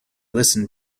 listened